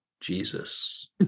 Jesus